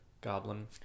goblin